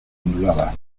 onduladas